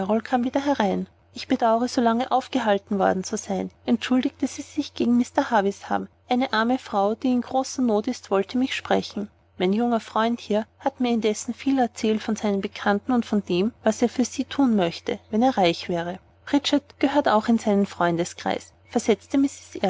kam wieder herein ich bedaure so lange aufgehalten worden zu sein entschuldigte sie sich gegen mr havisham eine arme frau die in großer not ist wollte mich sprechen mein junger freund hier hat mir indessen viel erzählt von seinen bekannten und von dem was er für sie thun möchte wenn er reich wäre bridget gehört auch in seinen freundeskreis versetzte